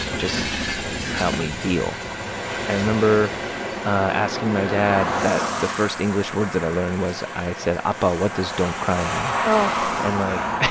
just help me deal i remember asking my dad. the first english words that i learned was i said, appa, what does don't cry mean? oh and like